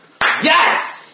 Yes